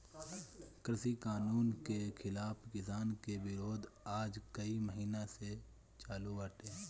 कृषि कानून के खिलाफ़ किसान के विरोध आज कई महिना से चालू बाटे